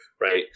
right